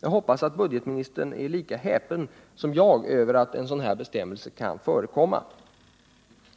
Jag hoppas att budgetministern är lika häpen som jag över att en sådan här bestämmelse kan förekomma.